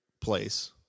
place